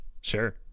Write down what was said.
Sure